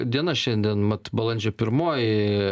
diena šiandien mat balandžio pirmoji